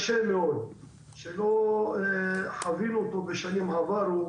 שלא חווינו אותו בשנים עברו.